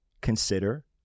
Consider